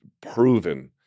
proven